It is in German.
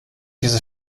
diese